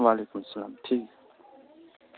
وعلیکم السلام ٹھیک ہے